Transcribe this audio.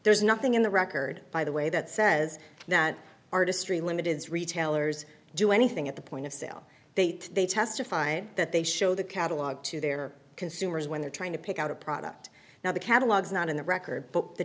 there's nothing in the record by the way that says that artistry limited's retailers do anything at the point of sale date they testified that they show the catalog to their consumers when they're trying to pick out a product now the catalogs not in the record but the